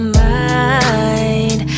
mind